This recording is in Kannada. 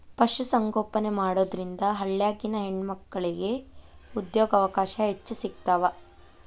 ಪಶು ಸಂಗೋಪನೆ ಮಾಡೋದ್ರಿಂದ ಹಳ್ಳ್ಯಾಗಿನ ಹೆಣ್ಣಮಕ್ಕಳಿಗೆ ಉದ್ಯೋಗಾವಕಾಶ ಹೆಚ್ಚ್ ಸಿಗ್ತಾವ